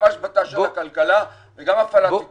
גם השבתה של הכלכלה וגם הפעלה של זה.